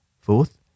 Fourth